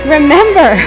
Remember